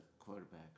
Quarterback